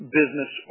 business